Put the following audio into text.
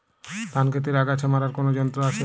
ধান ক্ষেতের আগাছা মারার কোন যন্ত্র আছে?